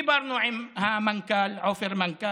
דיברנו עם המנכ"ל עופר מלכה,